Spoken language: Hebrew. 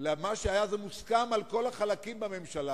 למה שהיה ומוסכם על כל החלקים בממשלה,